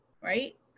right